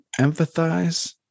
empathize